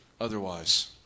otherwise